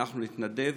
אנחנו נתנדב,